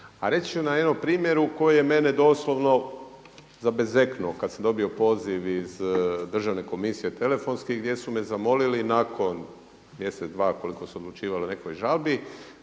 A reći ću na jednom primjeru koji je mene doslovno zabezeknuo kad sam dobio poziv iz Državne komisije telefonski gdje su me zamolili nakon mjesec, dva koliko su odlučivali o nekoj žalbi